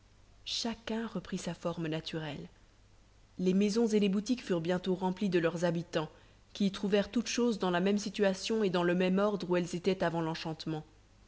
chacun reprit sa forme naturelle les maisons et les boutiques furent bientôt remplies de leurs habitants qui y trouvèrent toutes choses dans la même situation et dans le même ordre où elles étaient avant l'enchantement